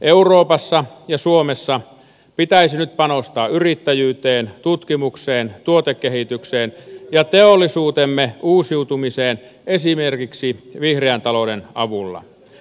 euroopassa ja suomessa pitäisi nyt panostaa yrittäjyyteen tutkimukseen tuotekehitykseen ja teollisuutemme uusiutumiseen esimerkiksi vihreän talouden avulla